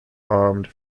armed